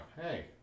hey